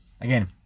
again